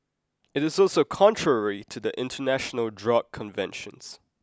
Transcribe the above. it is also contrary to the International Drug Conventions